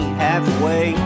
halfway